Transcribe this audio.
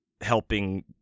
helping